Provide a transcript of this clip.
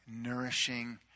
nourishing